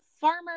farmer